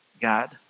God